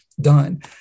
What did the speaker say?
done